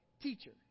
teacher